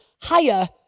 higher